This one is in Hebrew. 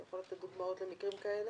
אתה יכול לתת דוגמאות למקרים כאלה,